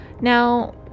Now